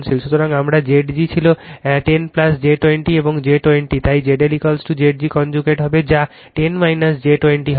সুতরাং আমার Zg ছিল 10 j 20 এবং j 20 তাই ZLZg কনজুগেট হবে যা 10 j 20 হবে